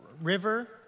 River